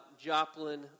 Joplin